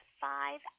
five